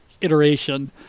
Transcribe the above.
iteration